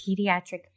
Pediatric